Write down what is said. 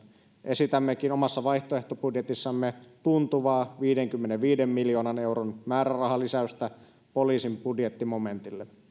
esitämmekin omassa vaihtoehtobudjetissamme tuntuvaa viidenkymmenenviiden miljoonan euron määrärahalisäystä poliisin budjettimomentille